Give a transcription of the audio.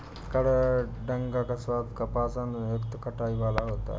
कबडंगा का स्वाद कसापन युक्त खटाई वाला होता है